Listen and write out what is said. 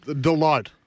delight